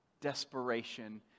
desperation